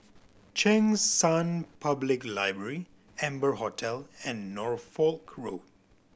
Cheng San Public Library Amber Hotel and Norfolk Road